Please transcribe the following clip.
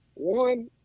One